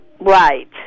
Right